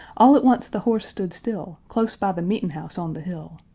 all at once the horse stood still, close by the meet'n'-house on the hill.